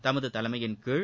தமது தலைமையின்கீழ்